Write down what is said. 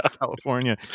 California